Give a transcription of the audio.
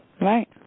right